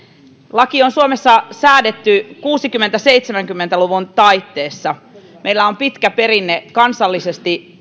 laki on suomessa säädetty kuusikymmentä viiva seitsemänkymmentä luvun taitteessa meillä on pitkä perinne kansallisesti